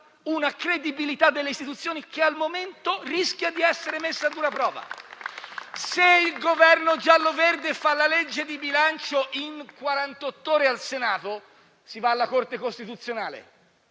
una credibilità delle istituzioni che, al momento, rischia di essere messa a dura prova. Se il Governo giallo-verde fa la legge di bilancio in quarantotto ore al Senato, si va alla Corte costituzionale,